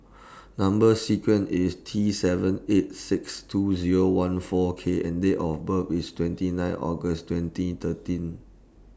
Number sequence IS T seven eight six two Zero one four K and Date of birth IS twenty nine August twenty thirteen